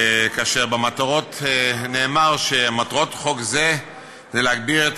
ובמטרות נאמר שמטרת חוק זה היא להגביר את